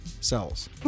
cells